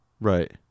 Right